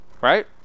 Right